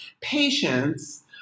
patience